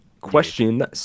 Question